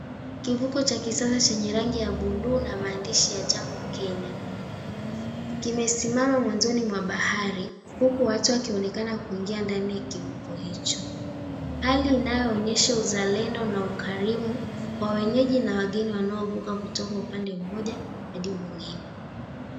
Kivuko cha kisasa chenye rangi ya buluu na maandishi ya JAMBO KENYA kimesimama mwanzoni mwa bahari huku watu wakionekana kuingia ndani ya kivuko hicho, hali inayoonyesha uzalendo na ukarimu kwa wenyeji na wageni wanaovuka kutoka upande mmoja hadi mwengine.